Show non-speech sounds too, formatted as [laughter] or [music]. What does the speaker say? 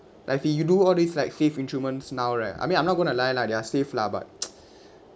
I feel you do all these like safe instruments now right I mean I'm not going to lie lah they are safe lah but [noise]